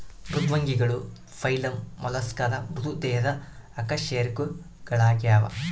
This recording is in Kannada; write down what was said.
ಮೃದ್ವಂಗಿಗಳು ಫೈಲಮ್ ಮೊಲಸ್ಕಾದ ಮೃದು ದೇಹದ ಅಕಶೇರುಕಗಳಾಗ್ಯವ